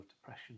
depression